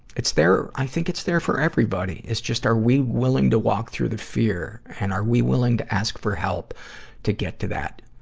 it's there, i think it's there for everybody. it's just, are we willing to walk through the fear, and are we will to ask for help to get to that,